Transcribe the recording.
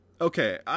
Okay